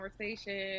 conversation